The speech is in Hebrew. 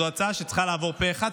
זאת הצעה שצריכה לעבור פה אחד.